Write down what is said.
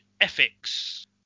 ethics